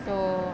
so